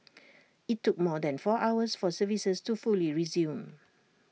IT took more than four hours for services to fully resume